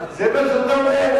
זה מה שאתה אומר.